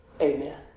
Amen